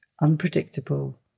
unpredictable